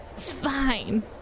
Fine